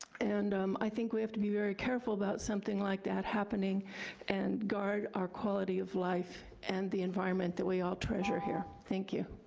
and um i think we have to be very careful about something like that happening and guard our quality of life and the environment that we all treasure here. thank you.